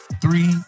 three